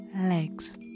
Legs